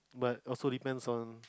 but also depends on